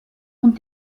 und